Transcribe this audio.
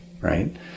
right